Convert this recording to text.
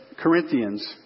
Corinthians